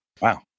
Wow